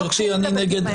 אתה בעד או נגד?